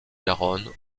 garonne